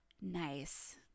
nice